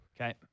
Okay